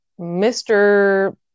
Mr